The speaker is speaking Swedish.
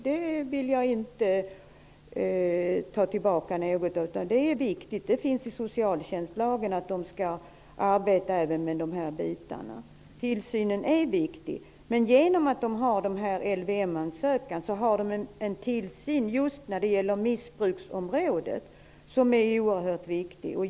Där vill jag så att säga inte ta tillbaka något. Socialtjänstlagen säger ju att man skall arbeta även med de här bitarna. Tillsynen är alltså viktig. Men genom LVM ansökan har man en tillsyn just när det gäller missbruksområdet som är oerhört viktig.